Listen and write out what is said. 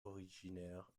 originaire